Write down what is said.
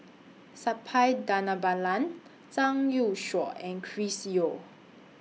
Suppiah Dhanabalan Zhang Youshuo and Chris Yeo